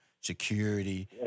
security